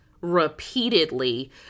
repeatedly